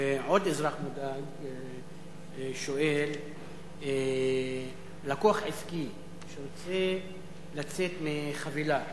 עוד אזרח מודאג שואל: לקוח עסקי שרוצה לצאת מחבילה,